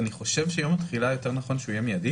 אני חושב שיום התחילה יותר נכון שהוא יהיה מיידי.